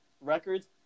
records